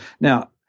now